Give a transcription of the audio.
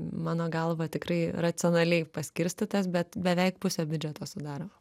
mano galva tikrai racionaliai paskirstytas bet beveik pusę biudžeto sudaro